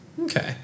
Okay